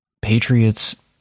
Patriots